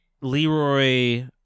Leroy